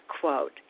quote